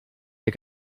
dir